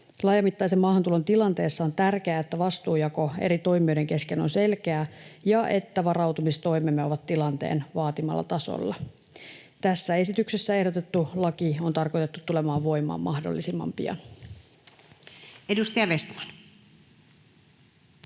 Laajamittaisen maahantulon tilanteessa on tärkeää, että vastuunjako eri toimijoiden kesken on selkeää ja että varautumistoimemme ovat tilanteen vaatimalla tasolla. Tässä esityksessä ehdotettu laki on tarkoitettu tulemaan voimaan mahdollisimman pian.